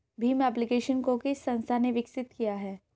Bhim application को किस संस्था ने विकसित किया है?